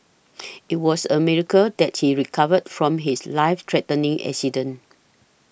it was a miracle that he recovered from his life threatening accident